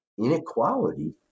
inequality